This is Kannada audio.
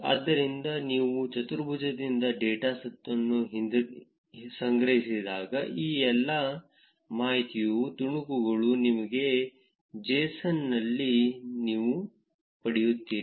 ಆದ್ದರಿಂದ ನೀವು ಚತುರ್ಭುಜದಿಂದ ಡೇಟಾವನ್ನು ಸಂಗ್ರಹಿಸಿದಾಗ ಈ ಎಲ್ಲಾ ಮಾಹಿತಿಯ ತುಣುಕುಗಳು ನಿಮ್ಮ json ನಲ್ಲಿ ನೀವು ಪಡೆಯುತ್ತೀರಿ